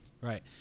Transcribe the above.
Right